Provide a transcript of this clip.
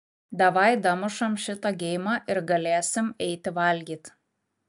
davai damušam šitą geimą ir galėsim eiti valgyt